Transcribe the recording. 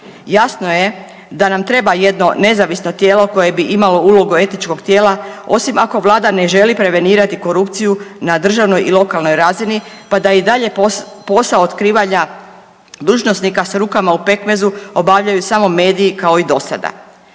Jasno je da nam treba jedno nezavisno tijelo koje bi imalo ulogu etičkog tijela osim ako Vlada ne želi prevenirati korupciju na državnoj i lokalnoj razini, pa da i dalje posao otkrivanja dužnosnika sa rukama u pekmezu obavljaju samo mediji kao i do sada.